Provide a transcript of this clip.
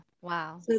wow